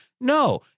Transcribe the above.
No